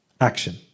action